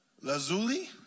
Lazuli